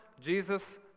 Jesus